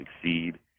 succeed